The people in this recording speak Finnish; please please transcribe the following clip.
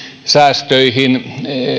säästöihin